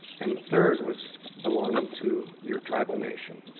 and the third was belonging to your tribal nation.